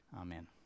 Amen